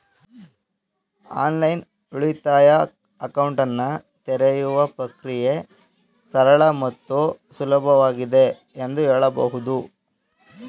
online ಉಳಿತಾಯ ಅಕೌಂಟನ್ನ ತೆರೆಯುವ ಪ್ರಕ್ರಿಯೆ ಸರಳ ಮತ್ತು ಸುಲಭವಾಗಿದೆ ಎಂದು ಹೇಳಬಹುದು